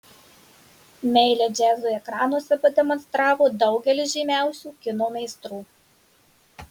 meilę džiazui ekranuose pademonstravo daugelis žymiausių kino meistrų